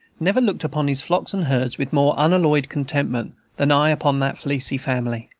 never looked upon his flocks and herds with more unalloyed contentment than i upon that fleecy family.